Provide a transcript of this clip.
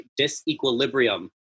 disequilibrium